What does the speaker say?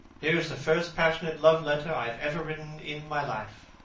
here is the first passionate love-letter i have ever written in my life.